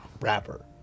rapper